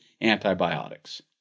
antibiotics